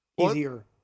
Easier